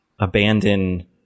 abandon